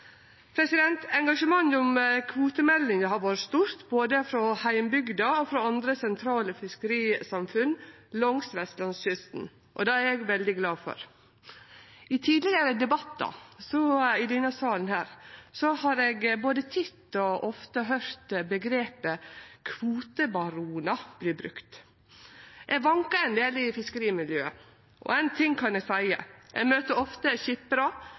Engasjementet om kvotemeldinga har vore stort både frå heimbygda og frå andre sentrale fiskerisamfunn langsetter Vestlandskysten, og det er eg veldig glad for. I tidlegare debattar i denne salen har eg titt og ofte høyrt omgrepet «kvotebaronar» verte brukt. Eg vankar ein del i fiskerimiljøet, og ein ting kan eg seie: Eg møter ofte